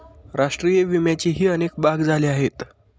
राष्ट्रीय विम्याचेही अनेक भाग झाले आहेत